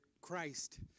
Christ